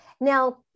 Now